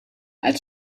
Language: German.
als